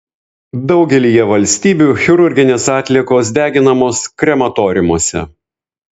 daugelyje valstybių chirurginės atliekos deginamos krematoriumuose